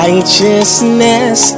Righteousness